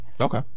Okay